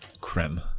Creme